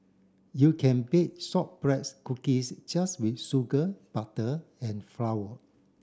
you can bake shortbread cookies just with sugar butter and flour